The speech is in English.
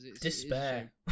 Despair